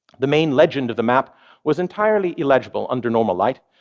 the main legend of the map was entirely illegible under normal light.